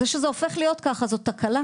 זה שזה הופך להיות ככה, זאת תקלה.